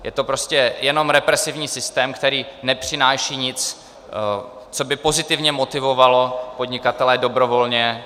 Je to prostě jenom represivní systém, který nepřináší nic, co by pozitivně motivovalo podnikatele používat ho dobrovolně.